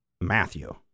Matthew